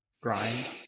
grind